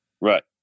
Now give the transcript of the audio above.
Right